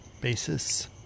basis